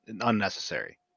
unnecessary